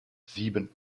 sieben